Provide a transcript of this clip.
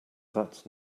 that’s